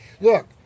Look